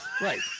right